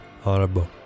horrible